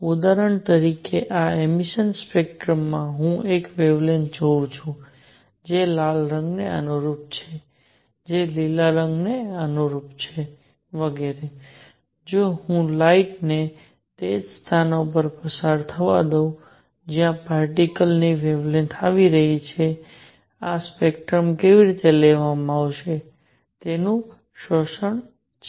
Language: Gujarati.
ઉદાહરણ તરીકે આ એમિસન સ્પેક્ટ્રમમાં હું એક વેવલેન્થ જોઉં છું જે લાલ રંગને અનુરૂપ છે જે લીલા વગેરે ને અનુરૂપ છે જો હું લાઇટ ને તે જ સ્થાનો પર પસાર થવા દઉં જ્યાં પાર્ટીકલની વેવલેન્થ આવી રહી છે આ સ્પેક્ટ્રમ કેવી રીતે લેવામાં આવે છે તેનું શોષણ છે